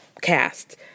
cast